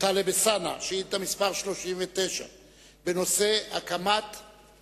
טלב אלסאנע, מס' 39. אדוני היושב-ראש,